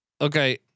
okay